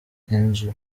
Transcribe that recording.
inzu